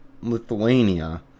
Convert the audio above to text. Lithuania